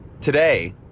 today